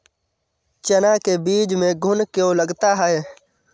चना के बीज में घुन क्यो लगता है?